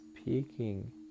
speaking